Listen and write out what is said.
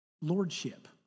lordship